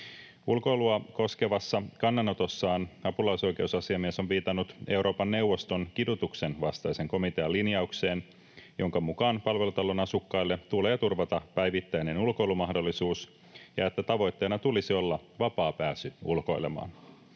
Ulkoilua koskevassa kannanotossaan apulaisoikeusasiamies on viitannut Euroopan neuvoston kidutuksen vastaisen komitean linjaukseen, jonka mukaan palvelutalon asukkaille tulee turvata päivittäinen ulkoilumahdollisuus ja että tavoitteena tulisi olla vapaa pääsy ulkoilemaan.